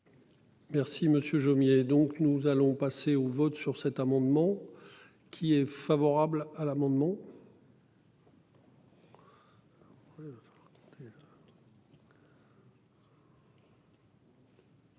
Monsieur Jomier, donc nous allons passer au vote sur cet amendement qui est favorable à l'amendement.